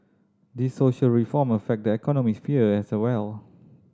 these social reform affect the economic sphere as a well